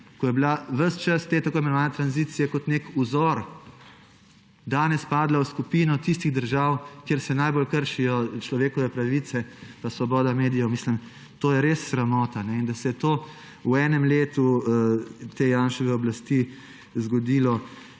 ki je bila ves čas te tako imenovane tranzicije kot nek vzor, danes padla v skupino tistih držav, kjer se najbolj kršijo človekove pravice in svoboda medijev, to je res sramota. In da se je to v enem letu te Janševe oblasti zgodilo,